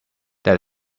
that